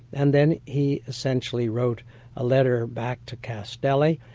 and then he essentially wrote a letter back to castelli,